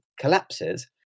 collapses